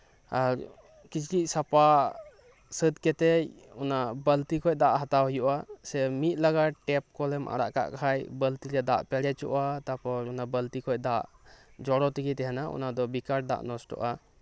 ᱟᱨ ᱠᱤᱪᱨᱤᱡ ᱥᱟᱯᱷᱟ ᱥᱟᱹᱛᱠᱟᱛᱮᱫ ᱚᱱᱟ ᱵᱟᱹᱞᱛᱤ ᱠᱷᱚᱱ ᱫᱟᱜ ᱦᱟᱛᱟᱣ ᱦᱩᱭᱩᱜᱼᱟ ᱥᱮ ᱢᱤᱫᱞᱟᱜᱟᱨ ᱴᱮᱯ ᱠᱚᱞᱮᱢ ᱟᱲᱟᱜ ᱠᱟᱜ ᱠᱷᱟᱱ ᱵᱟᱹᱞᱛᱤ ᱨᱮᱭᱟᱜ ᱫᱟᱜ ᱯᱮᱨᱮᱡᱪᱚᱜᱼᱟ ᱛᱟᱯᱚᱨ ᱚᱱᱟ ᱵᱟᱹᱞᱛᱤ ᱠᱷᱚᱱ ᱫᱟᱜ ᱡᱚᱨᱚ ᱛᱮᱜᱮ ᱛᱟᱦᱮᱱᱟ ᱚᱱᱟᱫᱚ ᱵᱮᱠᱟᱨ ᱫᱟᱜ ᱱᱚᱥᱴᱚᱼᱟ